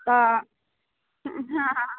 हँ हँ